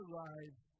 lives